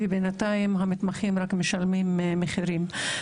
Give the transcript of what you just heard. ובינתיים המתמחים רק משלמים מחירים.